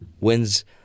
wins